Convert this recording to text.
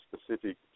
specific